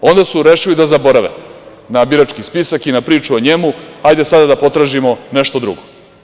Onda su rešili da zaborave na birački spisak i na priču o njemu, hajde sada da potražimo nešto drugo.